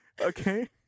Okay